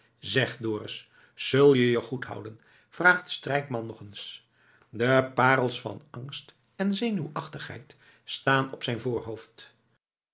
zeg dorus zul je je goed houden vraagt strijkman nog eens de parels van angst en zenuwachtigheid staan op zijn voorhoofd